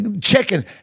checking